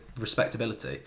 respectability